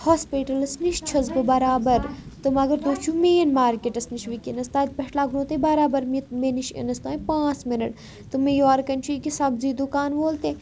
ہاسپِٹَلَس نِش چھٮ۪س بہٕ بَرابَر تہٕ مگر تُہۍ چھُو مین مارکیٹَس نِش وٕکٮ۪نَس تَتہِ پٮ۪ٹھ لَگہٕ نو تۄہہِ بَرابَر مِ مےٚ نِش یِنَس تانۍ پانٛژھ مِنَٹ تہٕ مےٚ یورٕکٮ۪ن چھُ ییٚکیٛاہ سبزی دُکان وول تہِ